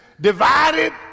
divided